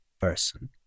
person